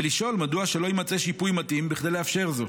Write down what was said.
ולשאול מדוע שלא יימצא שיפוי מתאים כדי לאפשר זאת.